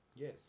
Yes